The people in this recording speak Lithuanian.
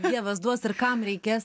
dievas duos ir kam reikės